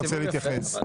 רוצה להתייחס.